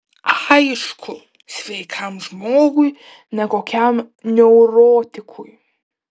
aišku sveikam žmogui ne kokiam neurotikui